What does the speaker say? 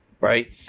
right